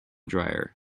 dryer